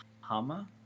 Hama